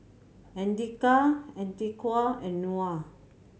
Andika Atiqah and Nura